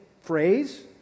phrase